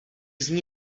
zní